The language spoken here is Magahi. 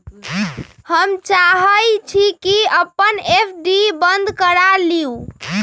हम चाहई छी कि अपन एफ.डी बंद करा लिउ